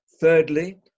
Thirdly